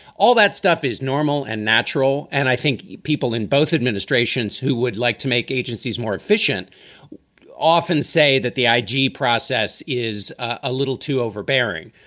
all that stuff is normal and natural. and i think people in both administrations who would like to make agencies more efficient often say that the i g. process is a little too overbearing,